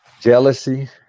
jealousy